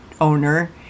owner